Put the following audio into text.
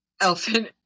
Elfin